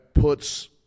puts